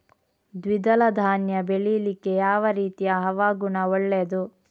ದ್ವಿದಳ ಧಾನ್ಯ ಬೆಳೀಲಿಕ್ಕೆ ಯಾವ ರೀತಿಯ ಹವಾಗುಣ ಒಳ್ಳೆದು?